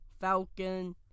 Falcon